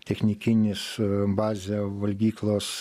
technikinis bazė valgyklos